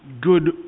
good